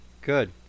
Good